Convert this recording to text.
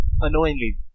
annoyingly